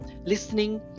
listening